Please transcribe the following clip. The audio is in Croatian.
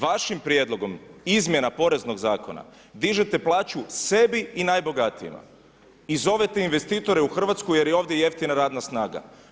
Vašim Prijedlogom izmjena poreznog zakona, dižete plaću sebi i najbogatijima, i zovete investitore u Hrvatsku jer je ovdje jeftina radna snaga.